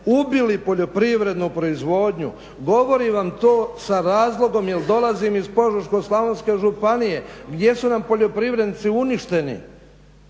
ubili poljoprivrednu proizvodnju, govorim vam to sa razlogom jer dolazim iz Požeško-slavonske županije gdje su nam poljoprivrednici uništeni